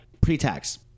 pre-tax